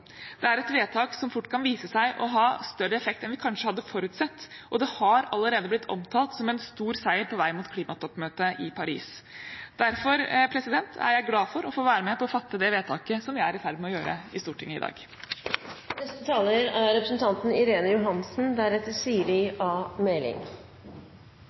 Det er et vedtak som fort kan vise seg å ha større effekt enn vi kanskje hadde forutsett, og det har allerede blitt omtalt som en stor seier på vei mot klimatoppmøtet i Paris. Derfor er jeg glad for å få være med på å fatte det vedtaket som vi er i ferd med å gjøre i Stortinget i dag. Den årlige stortingsmeldingen om forvaltningen av Statens pensjonsfond, SPU og SPN, er